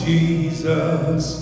Jesus